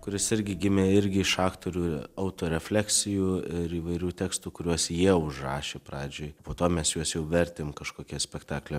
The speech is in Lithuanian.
kuris irgi gimė irgi iš aktorių autorefleksijų ir įvairių tekstų kuriuos jie užrašė pradžioj o po to mes juos jau vertėm kažkokias spektaklio